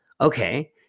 Okay